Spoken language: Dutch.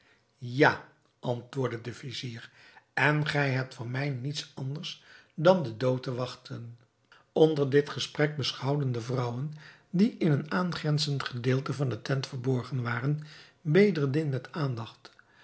ja antwoordde de vizier en gij hebt van mij niets anders dan den dood te wachten onder dit gesprek beschouwden de vrouwen die in een aangrenzend gedeelte van de tent verborgen waren bedreddin met aandacht